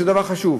שזה דבר חשוב,